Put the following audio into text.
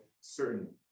certain